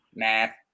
math